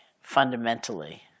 fundamentally